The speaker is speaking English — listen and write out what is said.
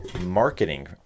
marketing